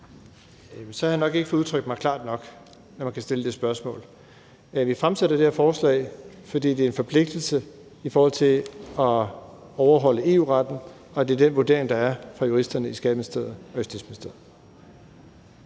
Så har jeg nok ikke fået udtrykt mig klart nok, når man kan stille det spørgsmål. Vi fremsætter det her forslag, fordi det er en forpligtelse i forhold til at overholde EU-retten, og det er den vurdering, der er fra juristerne i Skatteministeriet og i Justitsministeriet.